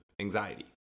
anxiety